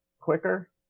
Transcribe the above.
quicker